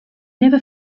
never